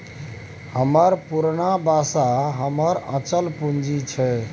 हमर पुरना बासा हमर अचल पूंजी छै